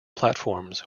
platforms